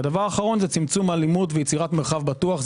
הדבר האחרון הוא צמצום אלימות ויצירת מרחב בטוח.